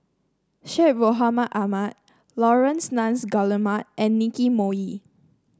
Syed Mohamed Ahmed Laurence Nunns Guillemard and Nicky Moey